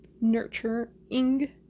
nurturing